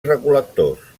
recol·lectors